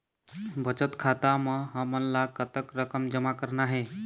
बचत खाता म हमन ला कतक रकम जमा करना हे?